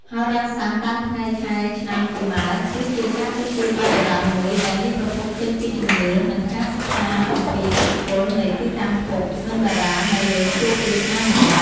ហោរាសាស្ត្រតាមថ្ងៃខែឆ្នាំកំណើត គឺជាការទស្សន៍ទាយបែបបុរាណមួយ ដែលមានប្រភពចេញពីជំនឿ និងការសិក្សាអំពីឥទ្ធិពលនៃទីតាំងភព និងតារានៅលើជោគវាសនាមនុស្ស។